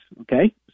Okay